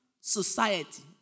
society